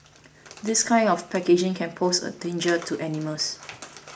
this kind of packaging can pose a danger to animals